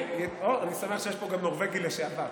או, אני שמח שיש פה גם נורבגי לשעבר.